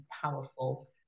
powerful